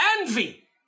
envy